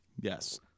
Yes